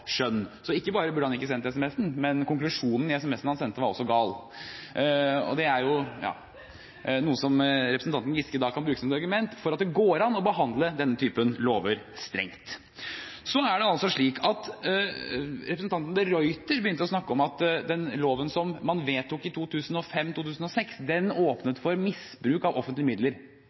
skjønn. Ikke bare burde han ikke sendt SMS-en, men konklusjonen i SMS-en han sendte, var også gal. Det er jo noe som representanten Giske kan bruke som et argument for at det går an å behandle denne typen lover strengt. Representanten de Ruiter begynte å snakke om at den loven som man vedtok i 2005–2006, åpnet for misbruk av offentlige midler.